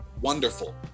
wonderful